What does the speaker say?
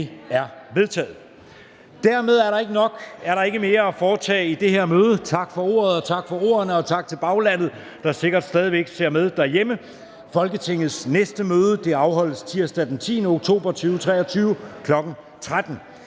(Jeppe Søe): Dermed er der ikke mere at foretage i det her møde. Tak for ordet, tak for ordene, og tak til baglandet, der sikkert stadig væk ser med derhjemme. Folketingets næste møde afholdes tirsdag den 10. oktober 2023 kl. 13.00.